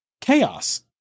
chaos